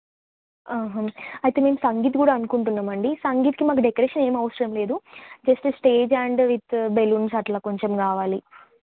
అయితే మేము సంగీత్ కూడా అనుకుంటున్నామండి సంగీత్కి మాకు డెకరేషన్ ఏం అవసరం లేదు just stage and with balloons అట్లా కొంచెం కావాలి